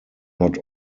not